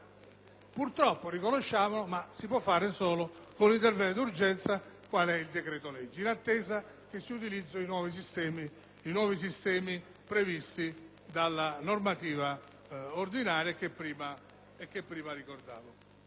purtroppo, lo riconosciamo - soltanto con un intervento d'urgenza quale è il decreto-legge, in attesa che si utilizzino i nuovi sistemi previsti dalla normativa ordinaria che prima ricordavo.